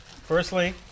Firstly